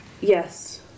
Yes